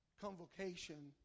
convocation